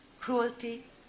cruelty